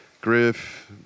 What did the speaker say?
Griff